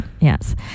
yes